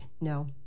no